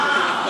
אהה.